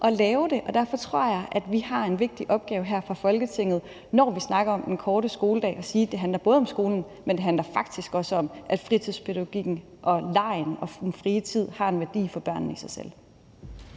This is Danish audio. at lave det. Derfor tror jeg, at vi har en vigtig opgave her fra Folketingets side, når vi snakker om den korte skoledag, med hensyn til at sige, at det både handler om skolen, men faktisk også om, at fritidspædagogikken, legen og den frie tid har en værdi for børnene i sig selv.